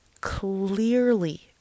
clearly